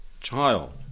child